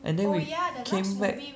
and then we came back